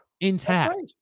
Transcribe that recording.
intact